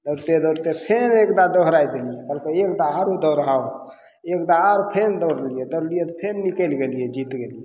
दौड़ते दौड़ते फेन एकदा दोहराइ देलियै कहलकय एक दाहर दौड़ह एकदा आओर फेन दौड़लियै दौड़लियै तऽ फेन निकलि गेलियै जीत गेलियै